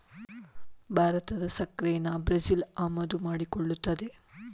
ಭಾರತದ ಸಕ್ಕರೆನಾ ಬ್ರೆಜಿಲ್ ಆಮದು ಮಾಡಿಕೊಳ್ಳುತ್ತದೆ